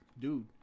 dude